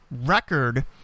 record